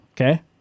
Okay